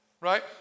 Right